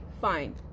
fine